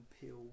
Peel